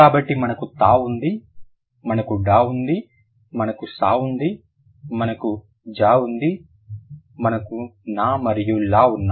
కాబట్టి మనకు త ఉంది మనకు డ ఉంది మనకు స ఉంది మనకు జ ఉంది మనకు న మరియు ల ఉన్నాయి